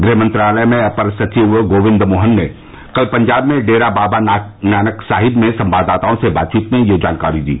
गृह मंत्रालय में अपर सचिव गोविंद मोहन ने कल पंजाब में डेरा बाबा नानक साहिब में संवाददाताओं से बातचीत में यह जानकारी दी